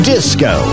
Disco